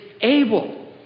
able